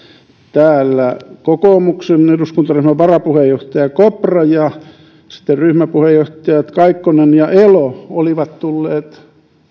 täällä kokoomuksen eduskuntaryhmän varapuheenjohtaja kopra ja ryhmäpuheenjohtajat kaikkonen ja elo olivat tulleet